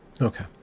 Okay